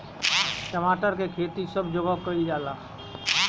टमाटर के खेती सब जगह कइल जाला